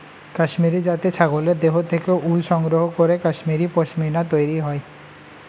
কাশ্মীরি জাতের ছাগলের দেহ থেকে উল সংগ্রহ করে কাশ্মীরি পশ্মিনা তৈরি করা হয়